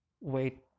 wait